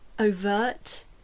overt